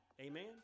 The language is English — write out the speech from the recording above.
Amen